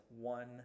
one